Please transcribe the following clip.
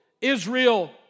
Israel